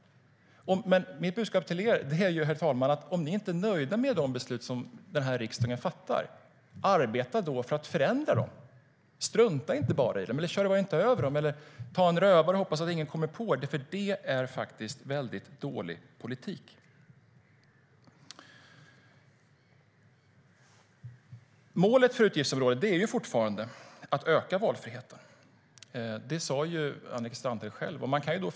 Men mitt budskap till er är, herr talman, att om ni inte är nöjda med de beslut som riksdagen fattar, arbeta då för att förändra dem! Strunta inte bara i dem, kör inte över dem eller ta en rövare och hoppas att ingen kommer på er, för det är faktiskt väldigt dålig politik. Målet för utgiftsområdet är fortfarande att öka valfriheten. Det sa Annika Strandhäll själv.